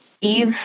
Eve